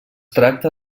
tracta